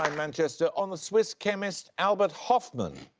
um manchester, on the swiss chemist albert hofmann.